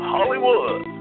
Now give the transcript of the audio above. Hollywood